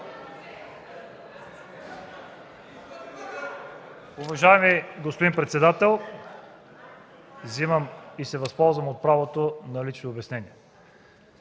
Уважаеми господин председател, възползвам се от правото на лично обяснение.